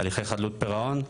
הליכי חדלות פרעון,